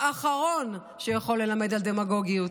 האחרון שיכול ללמד על דמגוגיות.